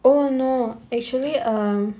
oh no actually um